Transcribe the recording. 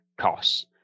costs